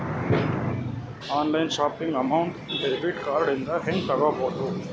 Online shopping amount debit card ಇಂದ ಹೆಂಗ್ ತುಂಬೊದು?